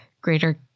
greater